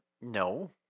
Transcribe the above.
no